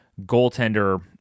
goaltender